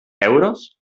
euros